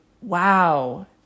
wow